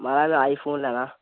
महाराज आई फोन लैना